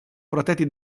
protetti